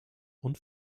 und